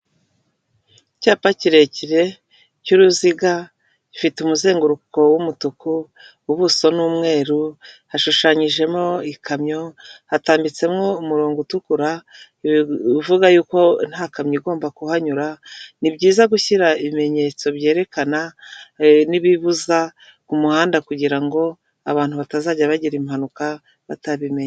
Icyapa kirekire cy'uruziga gifite umuzenguruko w'umutuku, ubuso ni umweru, hashushanyijemo ikamyo, hatambitsemo umurongo utukura uvuga yuko nta kamyo igomba kuhanyura, ni byiza gushyira ibimenyetso byerekana n'ibibuza mu muhanda kugira ngo abantu batazajya bagira impanuka batabimenye.